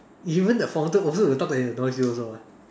even the fountain also will talks and annoys you also lah